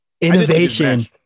Innovation